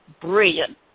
brilliant